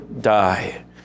die